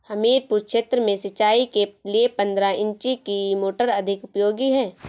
हमीरपुर क्षेत्र में सिंचाई के लिए पंद्रह इंची की मोटर अधिक उपयोगी है?